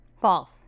False